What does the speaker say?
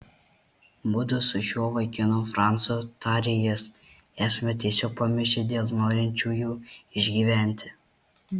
mudu su šiuo vaikinu francu tarė jis esame tiesiog pamišę dėl norinčiųjų išgyventi